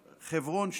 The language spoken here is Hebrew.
חברון,